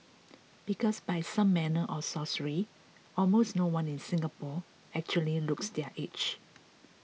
because by some manner of sorcery almost no one in Singapore actually looks their age